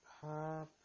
pop